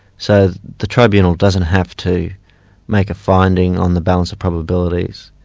so the tribunal doesn't have to make a finding on the balance of probabilities,